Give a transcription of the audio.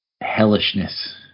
Hellishness